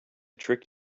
trick